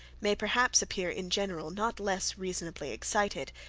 may perhaps appear in general, not less reasonably excited,